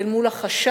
אל מול החשש,